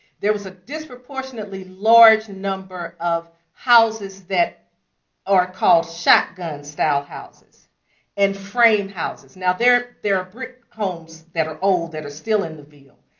there was a disproportionately large number of houses that are called shotgun style houses and frame houses. now there there are brick homes that are old that are still in the ville,